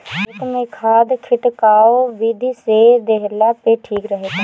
खेत में खाद खिटकाव विधि से देहला पे ठीक रहेला